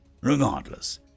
Regardless